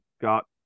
got